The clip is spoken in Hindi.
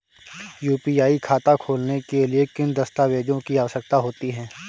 यू.पी.आई खाता खोलने के लिए किन दस्तावेज़ों की आवश्यकता होती है?